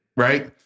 Right